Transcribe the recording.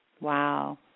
wow